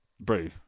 Brew